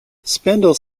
spindle